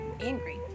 angry